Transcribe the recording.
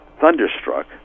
thunderstruck